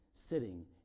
sitting